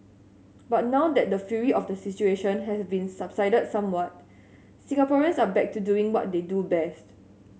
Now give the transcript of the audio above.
but now that the fury of the situation has been subsided somewhat Singaporeans are back to doing what they do best